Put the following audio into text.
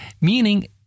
meaning